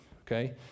okay